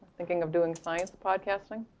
thinking of doing science podcasting?